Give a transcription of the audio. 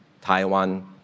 Taiwan